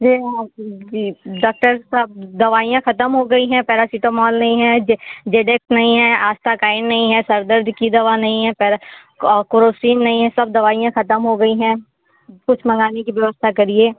जी हाँ जी डाक्टर सब दवाइयाँ ख़त्म हो गई हैं पैरासिटामॉल नहीं है जे जेडेक्स नहीं है आस्थाकाइन नहीं है सिर दर्द की दवा नहीं है पैरा और क्रोसीन नहीं है सब दवाइयाँ ख़त्म हो गई हैं कुछ मँगाने की व्यवस्था करिए